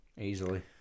easily